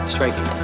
Striking